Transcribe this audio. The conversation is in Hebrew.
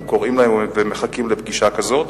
אנחנו קוראים להם ומחכים לפגישה כזו.